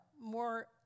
more